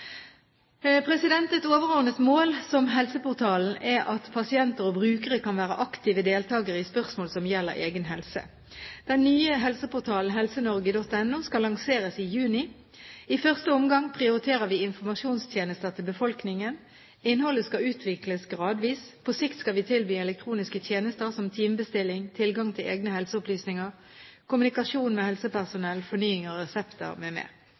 mål med helseportalen er at pasienter og brukere kan være aktive deltakere i spørsmål som gjelder egen helse. Den nye helseportalen helsenorge.no skal lanseres i juni. I første omgang prioriterer vi informasjonstjenester til befolkningen. Innholdet skal utvikles gradvis. På sikt skal vi tilby elektroniske tjenester som timebestilling, tilgang til egne helseopplysninger, kommunikasjon med